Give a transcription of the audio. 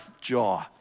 jaw